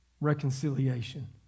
reconciliation